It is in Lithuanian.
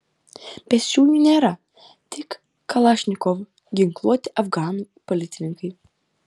pėsčiųjų nėra tik kalašnikov ginkluoti afganų policininkai